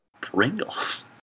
Pringles